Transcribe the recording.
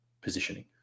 positioning